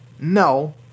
No